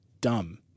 dumb